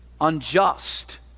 unjust